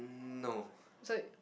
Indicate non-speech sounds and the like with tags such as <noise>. no <laughs>